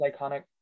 iconic